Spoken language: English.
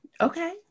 Okay